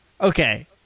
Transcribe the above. Okay